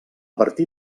partir